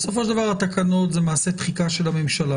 בסופו של דבר התקנות זה מעשה דחיקה של הממשלה.